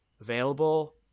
available